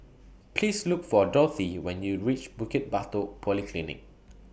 Please Look For Dorthey when YOU REACH Bukit Batok Polyclinic